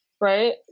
Right